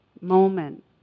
moment